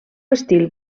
estil